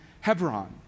Hebron